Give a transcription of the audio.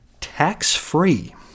Tax-free